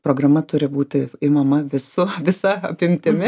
programa turi būti imama visu visa apimtimi